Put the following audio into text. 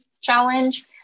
challenge